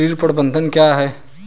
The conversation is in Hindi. ऋण प्रबंधन क्या है?